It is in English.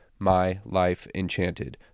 mylifeenchanted